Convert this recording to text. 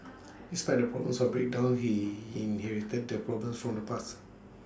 despite the problems of breakdowns he inherited the problems from the past